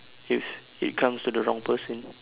if it comes to the wrong person